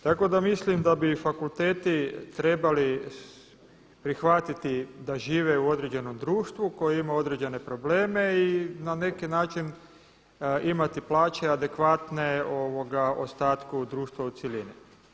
Tako da mislim da bi fakulteti trebali prihvatiti da žive u određenom društvu koji ima određene probleme i na neki način imati plaće adekvatne ostatku društva u cjelini.